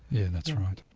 and that's right,